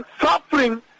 suffering